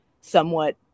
somewhat